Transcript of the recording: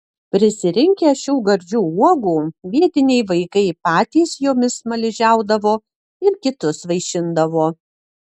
prisirinkę šių gardžių uogų vietiniai vaikai patys jomis smaližiaudavo ir kitus vaišindavo